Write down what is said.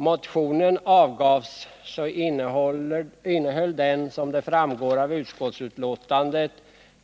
Motionen innehöll, som framgår av utskottsbetänkandet,